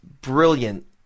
brilliant